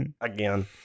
Again